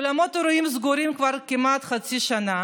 אולמות אירועים סגורים כבר כמעט חצי שנה,